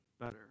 better